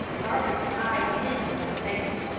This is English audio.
marcus eyed him without favour.